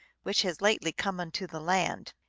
which has lately come into the land.